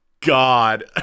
god